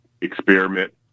experiment